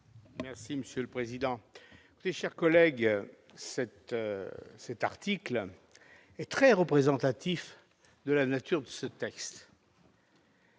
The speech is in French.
Merci monsieur le président et chers collègues cette cette article est très représentatif de la nature de ce texte.